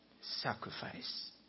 sacrifice